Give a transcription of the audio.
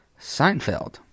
Seinfeld